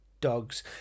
Dogs